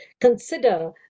consider